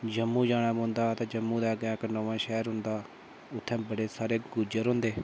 जम्मू जाना पौंदा ते जम्मू दे अग्गै इक्क नमां शैह्र औंदा उत्थै बड़े सारे गुज्जर होंदे